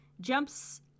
jumps